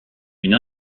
une